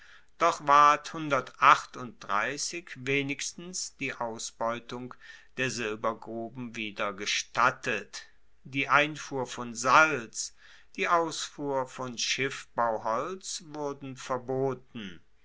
doch ward wenigstens die ausbeutung der silbergruben wieder gestattet die einfuhr von salz die ausfuhr von schiffbauholz wurden verboten